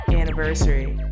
anniversary